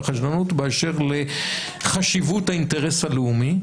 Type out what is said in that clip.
אלא חשדנות באשר לחשיבות האינטרס הלאומי.